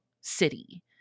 city